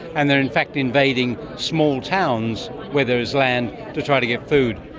and they're in fact invading small towns where there is land to try to get food.